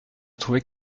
trouvait